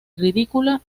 ridícula